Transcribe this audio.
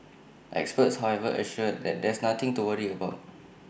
experts however assure that there's nothing to worry about